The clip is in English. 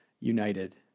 united